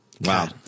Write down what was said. Wow